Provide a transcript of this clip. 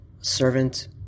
servant